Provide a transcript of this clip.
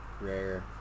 rare